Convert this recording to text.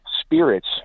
spirits